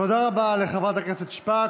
תודה רבה לחברת הכנסת שפק.